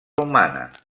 humana